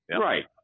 Right